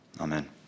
amen